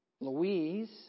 Louise